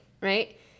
Right